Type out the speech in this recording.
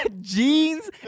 jeans